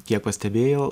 kiek pastebėjau